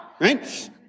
Right